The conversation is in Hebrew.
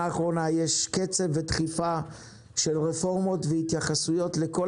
האחרונה יש קצב ודחיפה של פורמות והתייחסויות לכל